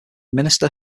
minister